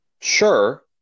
sure